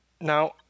Now